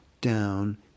down